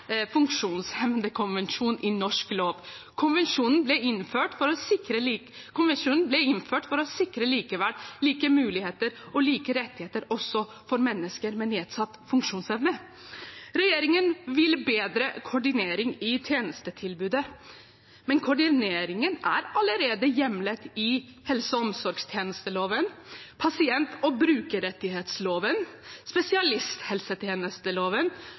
i norsk lov. Konvensjonen ble innført for å sikre likeverd, like muligheter og like rettigheter også for mennesker med nedsatt funksjonsevne. Regjeringen vil bedre koordineringen i tjenestetilbudet, men koordineringen er allerede hjemlet i helse- og omsorgstjenesteloven, pasient- og brukerrettighetsloven, spesialisthelsetjenesteloven,